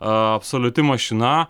absoliuti mašina